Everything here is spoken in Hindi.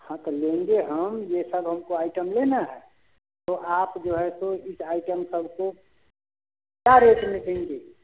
हाँ कर लेंगे हम ये सब हमको आइटम लेना है तो आप जो है तो इस आइटम कर के क्या रेट में देंगे